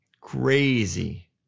Crazy